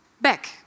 back